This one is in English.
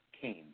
came